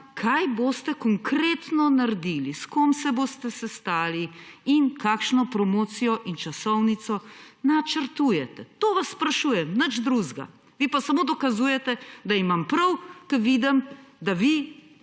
Kaj boste konkretno naredili, s kom se boste sestali in kakšno promocijo in časovnico načrtujete? To vas sprašujem, nič drugega. Vi pa samo dokazujete, da imam prav, ko vidim, da vi